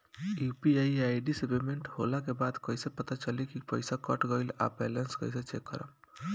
UPI ID से payment होला के बाद कइसे पता चली की पईसा कट गएल आ बैलेंस कइसे चेक करम?